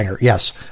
yes